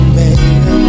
baby